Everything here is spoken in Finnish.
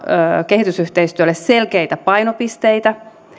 kehitysyhteistyölle selkeitä painopisteitä